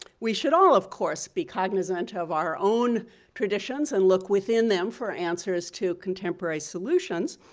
we should all of course, be cognizant ah of our own traditions and look within them for answers to contemporary solutions.